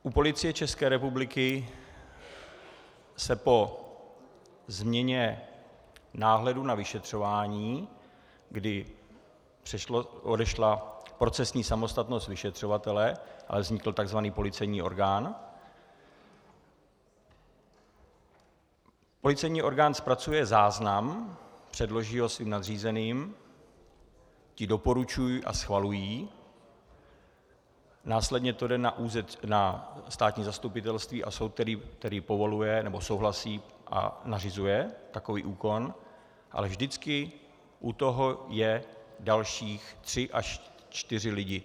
U Policie ČR se po změně náhledu na vyšetřování, kdy odešla procesní samostatnost vyšetřovatele a vznikl tzv. policejní orgán policejní orgán zpracuje záznam, předloží ho svým nadřízeným, ti doporučují a schvalují, následně to jde na státní zastupitelství a soud, který povoluje nebo souhlasí a nařizuje takový úkon, ale vždycky u toho jsou další tři až čtyři lidi.